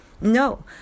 no